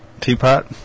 Teapot